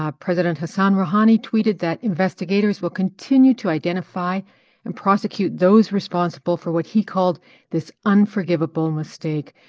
ah president hassan rouhani tweeted that investigators will continue to identify and prosecute those responsible for what he called this unforgivable mistake.